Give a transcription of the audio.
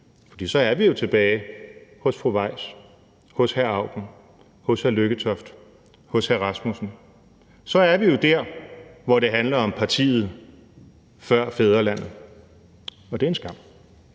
For så er vi jo tilbage hos fru Weiss, hos hr. Auken, hos hr. Lykketoft, hos hr. Rasmussen. Så er vi jo der, hvor det handler om partiet før fædrelandet, og det er en skam.